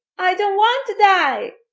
i don't want to die!